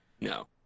No